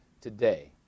today